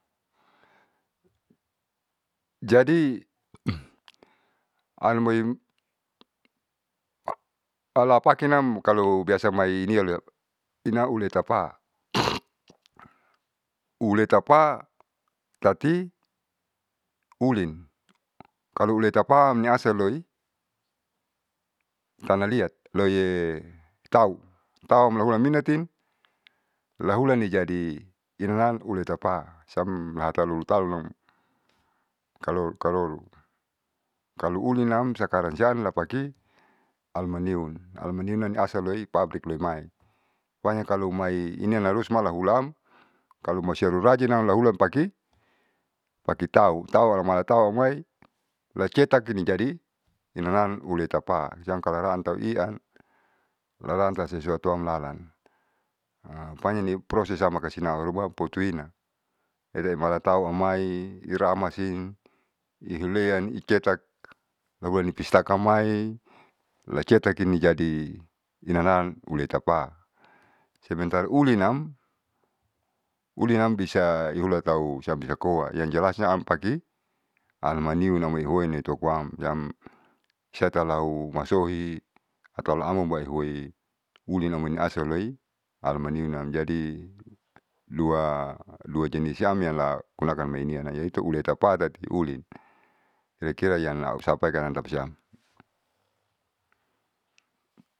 Jadi alamoi alapakinam kalo biasa mainialia inauletapa uletapa tati ulin kalo uletapam niasaloi tanaliat loie tau tauamluninati lahulani jadi inan uletapaam siam hataloutalunam kalo karoro. Kalo ulinam sakarang siam lapaki almanium almanium niasaloi pabrik leimai pokonya kalo mau inian larus malahulan kalumasiaru rajinam laulan paki paki tau hala malatau hamai lacetaki nijadi inam uleta siam kalalaran tauian lalaran suatu amlalan pokonya proses am makasina auharuma putuina ileumalatau amai, iramasin, ihulean i cetak ahulani i pistaka amai lacataki nijadi inanaan uletapa. Sebentar ulinam ulinam bisa ihulatau siam bisa koa yang jelasnya am paki almanium namohuin topoam siam setalu masohi atau laamun bai huoi ulinamon asalohi almaniumanm jadi lua lua tini siam la gunakan mainian yaitu uletapa tati ulin kira kira yg au sapaikan tapasiam.